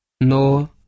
No